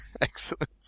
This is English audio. Excellent